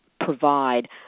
provide